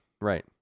right